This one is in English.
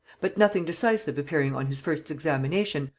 but nothing decisive appearing on his first examination,